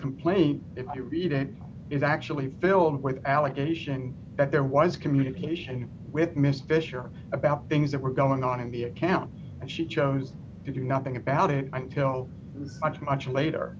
complaint if you read it is actually filled with allegation that there was communication with mr fisher about things that were going on in the account and she chose to do nothing about it until much